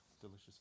delicious